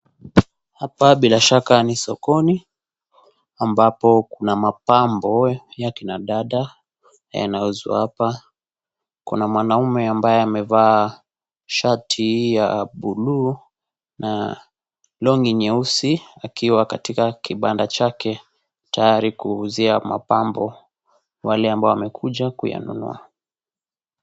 Hapa bila shaka ni sokoni, ambapo kuna mapambo ya kina dada yanauzwa hapa. Kuna mwanaume ambaye amevaa shati ya buluu na long'i nyeusi akiwa kwenye kibanda chale tayari kuwauzia mapambo wale ambao wamekuja kuyanunua.